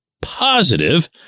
positive